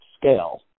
scale